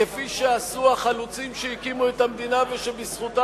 כפי שעשו החלוצים שהקימו את המדינה ובזכותם